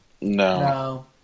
No